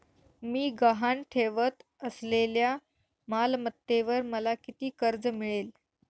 मी गहाण ठेवत असलेल्या मालमत्तेवर मला किती कर्ज मिळेल?